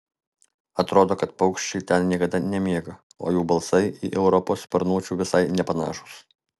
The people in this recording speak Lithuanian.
atrodo kad paukščiai ten niekada nemiega o jų balsai į europos sparnuočių visai nepanašūs